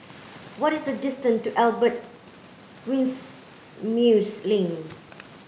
what is the distance to Albert Winsemius Lane